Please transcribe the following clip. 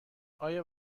آیا